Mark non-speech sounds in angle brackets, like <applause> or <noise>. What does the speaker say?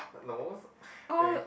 no <breath> eh